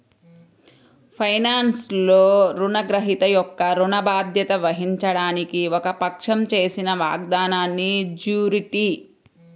ఫైనాన్స్లో, రుణగ్రహీత యొక్క ఋణ బాధ్యత వహించడానికి ఒక పక్షం చేసిన వాగ్దానాన్నిజ్యూరిటీ